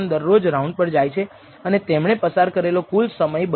18 કંઈ નથી પરંતુ ક્રિટિકલ મૂલ્ય 2